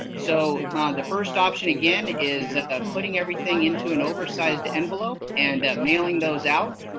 so the first option again, is putting everything into an oversized envelope and mailing those out.